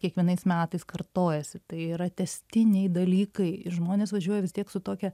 kiekvienais metais kartojasi tai yra tęstiniai dalykai ir žmonės važiuoja vis tiek su tokia